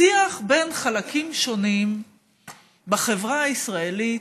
שיח בין חלקים שונים בחברה הישראלית,